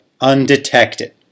undetected